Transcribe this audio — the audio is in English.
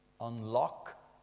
Unlock